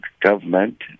government